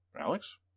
Alex